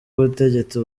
ubutegetsi